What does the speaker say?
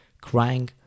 crying